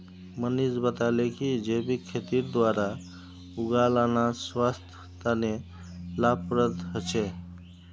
मनीष बताले कि जैविक खेतीर द्वारा उगाल अनाज स्वास्थ्य तने लाभप्रद ह छे